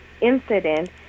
incident